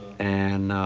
and ah,